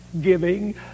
giving